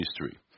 history